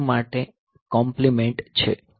4 માટે કોમ્પ્લીમેન્ટ છે